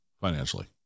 financially